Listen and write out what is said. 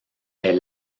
est